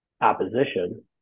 opposition